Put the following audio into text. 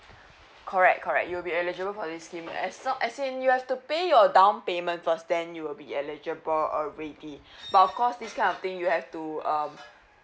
correct correct you'll be eligible for this scheme as long as in you have to pay your down payment first then you'll be eligible already but of course this kind of thing you have to um